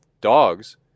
dogs